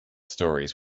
stories